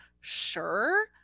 Sure